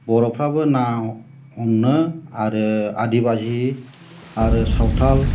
बर'फ्राबो ना हमो आरो आदिवासी आरो सावथाल